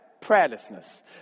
prayerlessness